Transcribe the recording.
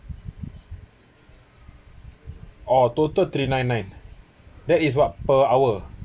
orh total three nine nine that is what per hour